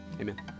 Amen